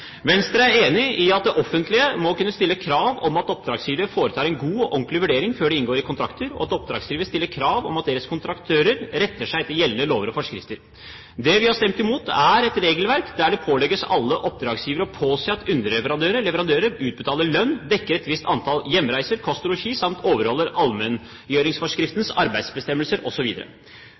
Venstre er enig i at det offentlige må kunne stille krav om at oppdragsgiver foretar en god og ordentlig vurdering før de inngår kontrakter, og at oppdragsgiver stiller krav om at deres kontraktører retter seg etter gjeldende lover og forskrifter. Det vi har stemt imot, er et regelverk der det pålegges alle oppdragsgivere å påse at underleverandører/leverandører utbetaler lønn, dekker et visst antall hjemreiser, kost og losji samt overholder allmenngjøringsforskriftens arbeidsbestemmelser